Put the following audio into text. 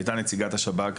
והייתה נציגת השב"כ,